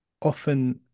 often